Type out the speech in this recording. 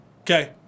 okay